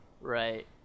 Right